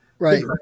Right